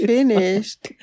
Finished